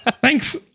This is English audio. Thanks